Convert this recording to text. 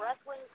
wrestling